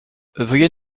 veuillez